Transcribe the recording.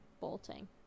bolting